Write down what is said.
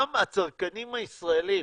האנשים האלה,